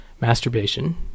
masturbation